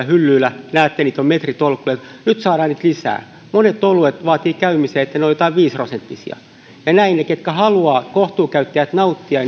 hyllyillä näette niitä on metritolkulla ja nyt saadaan niitä lisää monet oluet vaativat käymisen niin että ne ovat jotain viisi prosenttisia ja näin kohtuukäyttäjillä ketkä haluavat nauttia